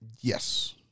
Yes